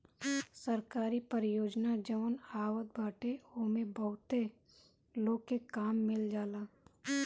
सरकारी परियोजना जवन आवत बाटे ओमे बहुते लोग के काम मिल जाला